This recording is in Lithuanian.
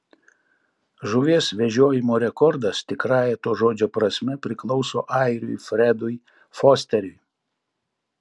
žuvies vežiojimo rekordas tikrąja to žodžio prasme priklauso airiui fredui fosteriui